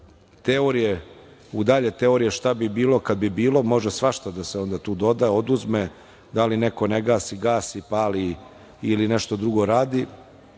ne uđemo u dalje teorije šta bi bilo kad bi bilo, može svašta da se onda tu doda, oduzme, da li neko ne gasi, gasi, pali ili nešto drugo radi,